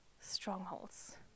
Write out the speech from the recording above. strongholds